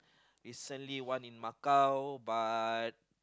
recently one in Macau but